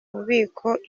bubiko